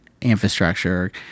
infrastructure